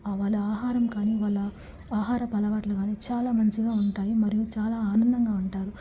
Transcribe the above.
వాళ్ళ ఆహారం కాని వాళ్ళ ఆహారపలవాట్లు కాని చాలా మంచిగా ఉంటాయి మరియు చాలా ఆనందంగా ఉంటారు